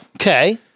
Okay